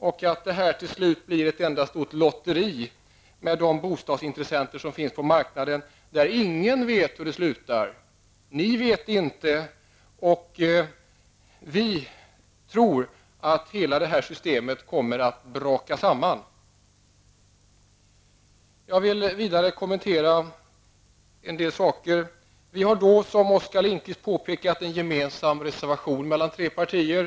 Vi tror att de till slut resulterar i ett rent lotteri med de bostadsintressenter som finns på marknaden. Ingen vet hur det slutar -- inte ni heller. Vi tror att hela systemet kommer att braka samman. Jag vill kommentera ett par saker. Vi har, vilket Oskar Lindkvist påpekade, en gemensam reservation från tre partier.